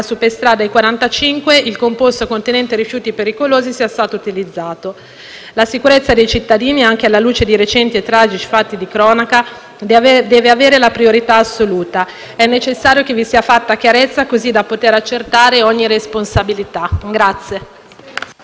superstrada E45 il composto contenente rifiuti pericolosi sia stato utilizzato. La sicurezza dei cittadini, anche alla luce di recenti e tragici fatti di cronaca, deve avere la priorità assoluta: è necessario che sia fatta chiarezza, così da poter accertate ogni responsabilità.